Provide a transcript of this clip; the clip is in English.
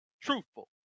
truthful